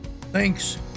Thanks